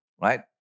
right